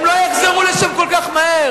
הם לא יחזרו לשם כל כך מהר,